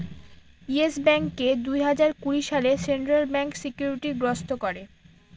yes ব্যাঙ্ককে দুই হাজার কুড়ি সালে সেন্ট্রাল ব্যাঙ্ক সিকিউরিটি গ্রস্ত করে